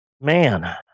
Man